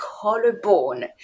collarbone